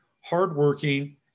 hardworking